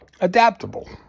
adaptable